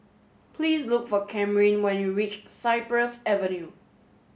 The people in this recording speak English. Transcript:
please look for Camryn when you reach Cypress Avenue